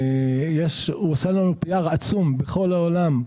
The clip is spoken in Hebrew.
הוא עושה לנו יחסי ציבור עצום בכל העולם,